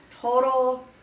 total